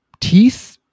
teeth